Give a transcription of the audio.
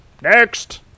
Next